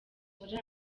muri